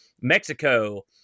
Mexico